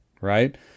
right